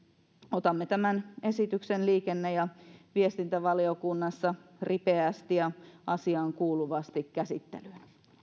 otamme tämän esityksen liikenne ja viestintävaliokunnassa ripeästi ja asiaankuuluvasti käsittelyyn